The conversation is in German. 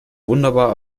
wunderbar